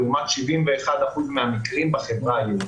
זאת לעומת 71% מקרים מפוענחים בחברה היהודית.